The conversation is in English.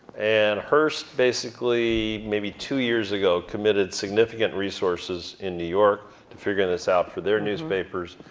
and hurst basically maybe two years ago committed significant resources in new york to figuring this out for their newspapers.